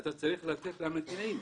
אתה צריך לתת להם תנאים,